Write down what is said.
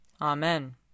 Amen